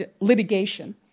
litigation